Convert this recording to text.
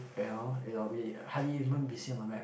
you know you know we hardly even be seen on the map